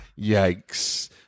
Yikes